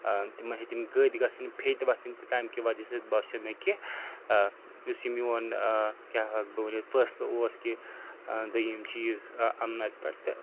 تِمَن ہیٚتِنۍ گٔدۍ گَژھٕنۍ پھیٚتۍ وۄتھٕنۍ تہٕ تَمہِ کہِ وَجہ سۭتۍ باسیو مےٚ کہِ یُس یہِ میون کیٛاہ ہٮ۪کہٕ بہٕ ؤنِتھ فٲصلہٕ اوس کہِ دٔیِم چیٖز اَنُن اَتہِ پٮ۪ٹھ تہٕ